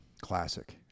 classic